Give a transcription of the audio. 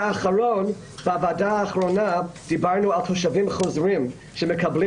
בוועדה האחרונה דיברנו על תושבים חוזרים שמקבלים